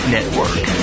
Network